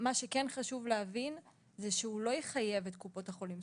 מה שכן חשוב להבין שהוא לא יחייב את קופות החולים.